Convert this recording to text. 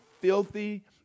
filthy